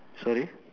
sorry